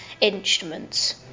instruments